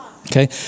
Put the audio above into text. Okay